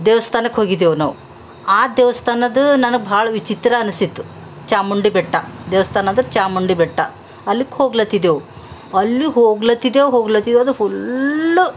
ದೇವಸ್ಥಾನಕ್ಕೆ ಹೋಗಿದ್ದೆವು ನಾವು ಆ ದೇವಸ್ಥಾನದ ನನಗೆ ಬಹಳ ವಿಚಿತ್ರ ಅನ್ನಿಸಿತ್ತು ಚಾಮುಂಡಿ ಬೆಟ್ಟ ದೇವಸ್ಥಾನ ಅಂದ್ರೆ ಚಾಮುಂಡಿ ಬೆಟ್ಟ ಅಲ್ಲಿಗೆ ಹೋಗ್ಲತ್ತಿದ್ದೆವು ಅಲ್ಲಿಗೆ ಹೋಗ್ಲತ್ತಿದ್ದೆವು ಹೋಗ್ಲತ್ತಿದ್ದೆವು ಅದು ಫುಲ್ಲು